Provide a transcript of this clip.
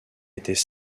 étaient